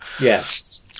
Yes